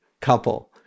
couple